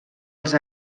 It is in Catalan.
els